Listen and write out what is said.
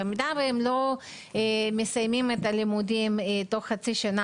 במידה והם לא מסיימים את לימודי העברית תוך חצי שנה,